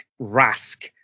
Rask